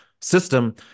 system